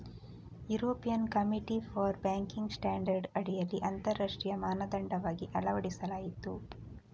European committee for banking standard ಅಡಿಯಲ್ಲಿ ಅಂತರರಾಷ್ಟ್ರೀಯ ಮಾನದಂಡವಾಗಿ ಅಳವಡಿಸಲಾಯಿತು